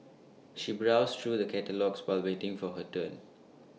she browsed through the catalogues while waiting for her turn